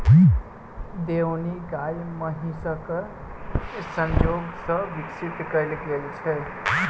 देओनी गाय महीसक संजोग सॅ विकसित कयल गेल अछि